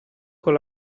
con